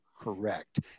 correct